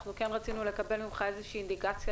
כן רצינו לקבל ממך איזו שהיא אינדיקציה